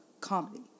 comedy